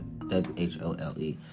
W-H-O-L-E